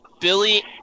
Billy